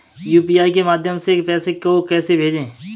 UPI के माध्यम से पैसे को कैसे भेजें?